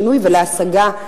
לשינוי ולהשגה,